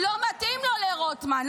לא מתאים לו, לרוטמן.